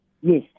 Yes